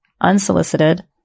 unsolicited